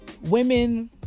women